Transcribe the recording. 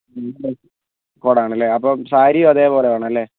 കോഡാണ് അല്ലെ അപ്പോൾ സാരിയും അതേപോലെ വേണം അല്ലെ